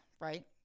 right